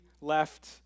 left